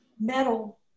metal